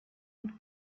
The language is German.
und